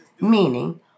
meaning